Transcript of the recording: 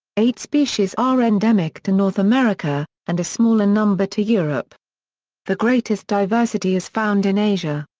eight species are endemic to north america, and a smaller number to europe the greatest diversity is found in asia.